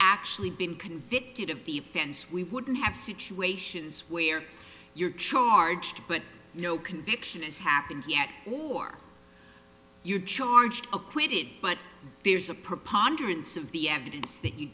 actually been convicted of the fence we wouldn't have situations where you're charged but no conviction is happened or you're charged acquitted but there's a preponderance of the evidence that you